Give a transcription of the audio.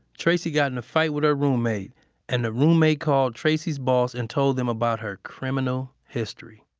tracy got in a fight with her roommate and the roommate called tracy's boss and told them about her criminal history